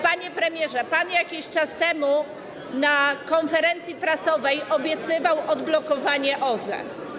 Panie premierze, pan jakiś czas temu na konferencji prasowej obiecywał odblokowanie OZE.